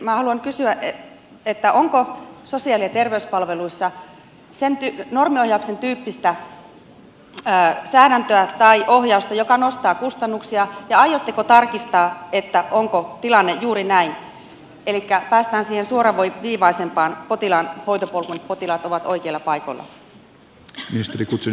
minä haluan kysyä onko sosiaali ja terveyspalveluissa normiohjauksen tyyppistä säädäntöä tai ohjausta joka nostaa kustannuksia ja aiotteko tarkistaa onko tilanne juuri näin elikkä päästään suoraviivaisempaan potilaan hoitopolkuun ja potilaat ovat oikeilla paikoilla